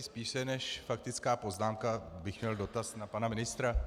Spíše než faktickou poznámku bych měl dotaz na pana ministra.